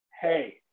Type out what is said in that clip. hey